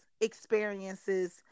experiences